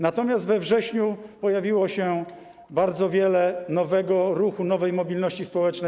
Natomiast we wrześniu pojawiło się bardzo wiele nowego ruchu, nowej mobilności społecznej.